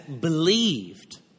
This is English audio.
believed